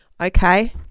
okay